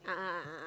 a'ah a'ah